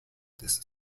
this